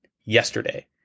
yesterday